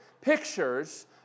pictures